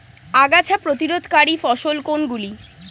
আগাছা প্রতিরোধকারী ফসল কোনগুলি?